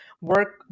work